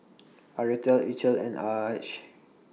Aretha Eithel and Arch